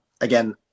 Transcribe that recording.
Again